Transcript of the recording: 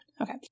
okay